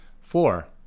Four